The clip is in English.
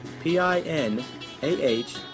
P-I-N-A-H